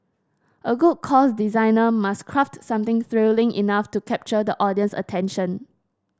a good course designer must craft something thrilling enough to capture the audience's attention